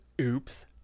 oops